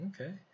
Okay